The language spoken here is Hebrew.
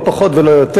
לא פחות ולא יותר.